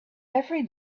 every